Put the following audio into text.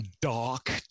dark